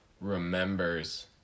remembers